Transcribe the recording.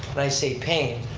and i say paint,